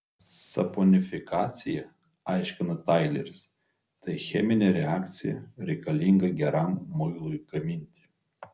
saponifikacija aiškina taileris tai cheminė reakcija reikalinga geram muilui gaminti